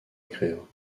écrire